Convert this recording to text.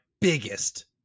biggest